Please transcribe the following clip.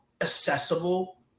Accessible